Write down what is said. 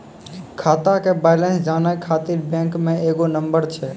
खाता के बैलेंस जानै ख़ातिर बैंक मे एगो नंबर छै?